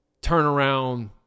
turnaround